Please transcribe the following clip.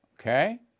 okay